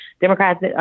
Democrats